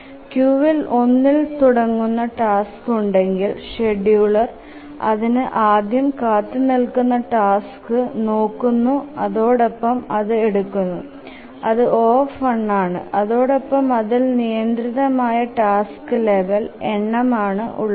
ക്യൂവിൽ ഒന്നിൽ തുടങ്ങുന്ന ടാസ്ക് ഉണ്ടെങ്കിൽ ഷ്ഡ്യൂളർ അതിൽ ആദ്യം കാത്തു നിൽക്കുന്ന ടാസ്ക് നോക്കുന്നു അതോടൊപ്പം അതു എടുക്കുന്ന അതു O ആണ് അതോടൊപ്പം അതിൽ നിയത്രിതമായ ടാസ്ക് ലെവൽ എണം ആണ് ഉള്ളത്